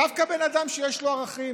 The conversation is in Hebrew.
דווקא אדם שיש לו ערכים,